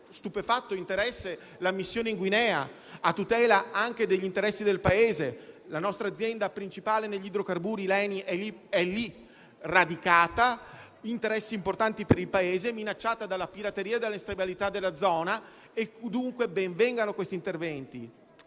stupefatto interesse la missione in Guinea, a tutela anche degli interessi del Paese. La nostra azienda principale negli idrocarburi l'ENI è lì radicata, con interessi importanti per il Paese, minacciata dalla pirateria e dall'instabilità della zona e, dunque, ben vengano questi interventi.